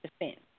defense